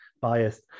biased